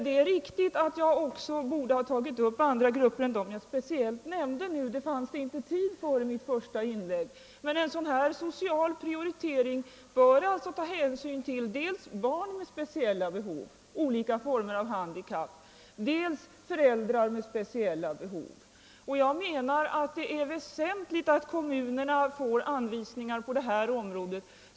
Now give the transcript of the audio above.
Det är riktigt att jag också borde ha tagit upp andra grupper än dem jag speciellt nämnde, men det fanns inte tid för det i mitt första inlägg. En social prioritering bör ta hänsyn dels till barn med speciella behov, t.ex. barn som har olika former av handikapp, dels till föräldrar med speciella behov. Det är väsentligt att kommunerna får anvisningar på detta område.